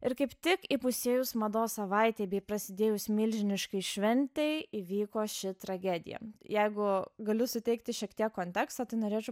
ir kaip tik įpusėjus mados savaitei bei prasidėjus milžiniškai šventei įvyko ši tragedija jeigu galiu suteikti šiek tiek konteksto tai norėčiau